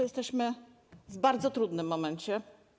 Jesteśmy w bardzo trudnym momencie.